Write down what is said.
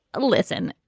listen.